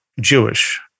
Jewish